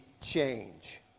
change